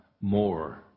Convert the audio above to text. more